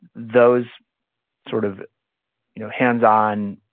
those sort of you know hands-on,